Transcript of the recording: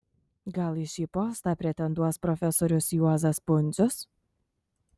gal į šį postą pretenduos profesorius juozas pundzius